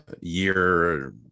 year